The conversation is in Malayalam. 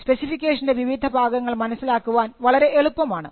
സ്പെസിഫിക്കേഷൻറെ വിവിധ ഭാഗങ്ങൾ മനസ്സിലാക്കുവാൻ വളരെ എളുപ്പമാണ്